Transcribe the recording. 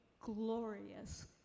glorious